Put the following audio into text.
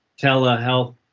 telehealth